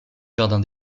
jardin